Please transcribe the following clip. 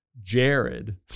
Jared